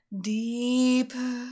deeper